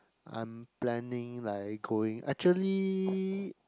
I'm planning like going actually